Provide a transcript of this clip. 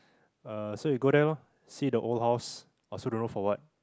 ah so you go there ah see the old house I also don't know for what